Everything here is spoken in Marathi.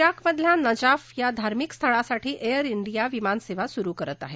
जाकमधल्या नजाफ या धार्मिक स्थळासाठी एअर ाँडिया विमानसेवा सुरु करत आहे